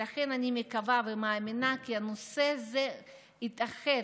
לכן אני מקווה ומאמינה כי הנושא הזה יתאחד,